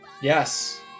Yes